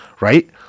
right